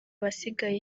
abasigaye